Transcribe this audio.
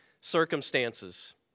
circumstances